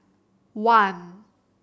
one